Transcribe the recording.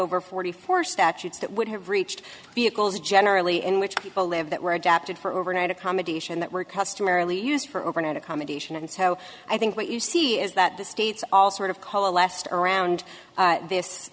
over forty four statutes that would have reached vehicles generally in which people live that were adapted for overnight accommodation that were customarily used for overnight accommodation and so i think what you see is that this it's all sort of coalesced around this